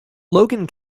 logan